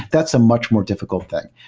that's a much more diff icult thing.